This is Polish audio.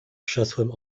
krzesłem